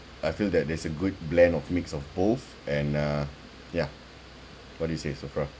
I feel that there's a good blend of mix of both and uh ya what do you say sakura